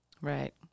Right